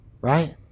Right